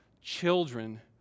children